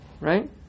right